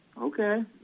Okay